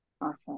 Awesome